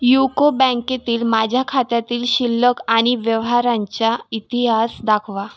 UCO बँकेतील माझ्या खात्यातील शिल्लक आणि व्यवहारांच्या इतिहास दाखवा